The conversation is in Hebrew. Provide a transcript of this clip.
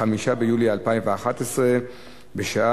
אין מתנגדים, אין